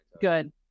Good